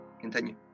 Continue